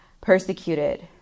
persecuted